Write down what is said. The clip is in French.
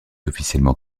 officiellement